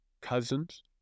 cousins